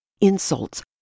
insults